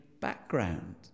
background